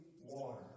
water